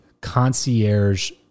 concierge